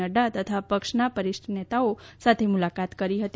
નફા તથા પક્ષના પરિષ્ઠ નેતાઓ સાથે મુલાકત કરી હતી